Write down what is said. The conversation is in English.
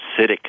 acidic